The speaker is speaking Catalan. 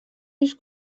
rius